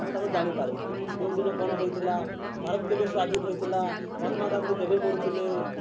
ଆମେ ତାପରେ ଜାଣିପାରୁସୁଁ କେଉଁ ଦିନ କ'ଣ ହେଇଥିଲା ଭାରତ କେବେ ସ୍ଵାଧୀନ ହୋଇଥିଲା ମହାତ୍ମା ଗାନ୍ଧୀ କେବେ ମରିଥିଲେ